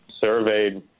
surveyed